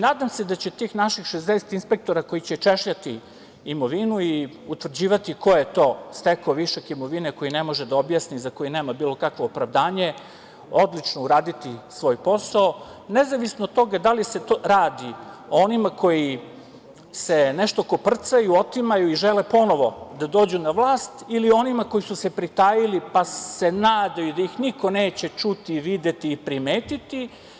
Nadam se da će tih naših 60 inspektora koji će češljati imovinu i utvrđivati ko je to stekao višak imovine koji ne može da objasni, za koji nema bilo kakvo opravdanje, odlično uraditi svoj posao, nezavisno od toga da li se to radi o onima koji se nešto koprcaju, otimaju i žele ponovo da dođu na vlasti ili onima koji su se pritajili pa se nadaju da ih niko neće čuti i videti i primetiti.